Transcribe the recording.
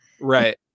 right